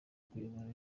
kuyobora